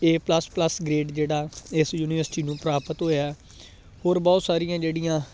ਏ plus plus grade ਜਿਹੜਾ ਇਸ university ਨੂੰ ਪ੍ਰਾਪਤ ਹੋਇਆ ਹੋਰ ਬਹੁਤ ਸਾਰੀਆਂ ਜਿਹੜੀਆਂ